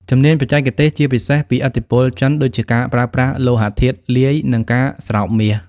ជំនាញបច្ចេកទេស ជាពិសេសពីឥទ្ធិពលចិន ដូចជាការប្រើប្រាស់លោហៈធាតុលាយ និងការស្រោបមាស។